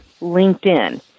LinkedIn